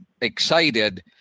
excited